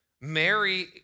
Mary